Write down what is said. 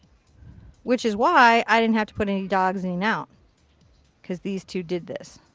which is why i didn't have to put any dioxazine out. because these two did this.